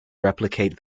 replicate